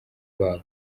babo